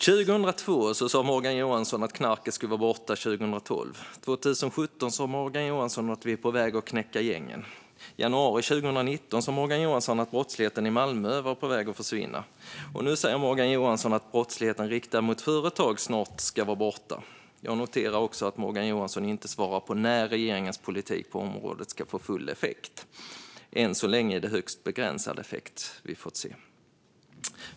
År 2002 sa Morgan Johansson att knarket skulle vara borta 2012, år 2017 sa Morgan Johansson att vi är på väg att knäcka gängen, i januari 2019 sa Morgan Johansson att brottsligheten i Malmö var på väg att försvinna och nu säger Morgan Johansson att brottsligheten riktad mot företag snart ska vara borta. Jag noterar att Morgan Johansson inte svarar på när regeringens politik på området ska få full effekt. Än så länge är det en högst begränsad effekt vi fått se.